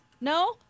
No